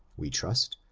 we trust,